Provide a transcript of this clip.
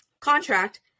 contract